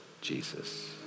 Jesus